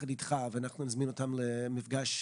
את יכולה להגיד לנו מה שכיחות המחלה הזאת או התופעה הזאת?